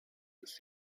ist